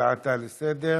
הצעתה לסדר-היום.